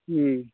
ह्म्म